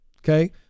Okay